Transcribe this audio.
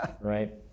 right